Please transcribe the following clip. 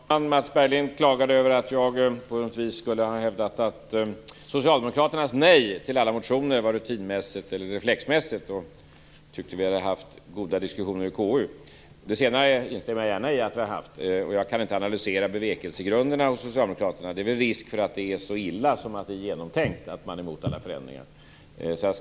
Fru talman! Mats Berglind klagade över att jag på något vis skulle ha hävdat att Socialdemokraternas nej till alla motioner var rutinmässigt eller reflexmässigt och tyckte att vi hade haft goda diskussioner i konstitutionsutskottet. Det senare instämmer jag gärna i, och jag kan inte analysera bevekelsegrunderna hos Socialdemokraterna. Det är väl risk för att det är så illa som att det är genomtänkt och att det är därför som de är emot alla förändringar.